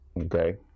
Okay